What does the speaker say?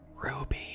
Ruby